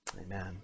Amen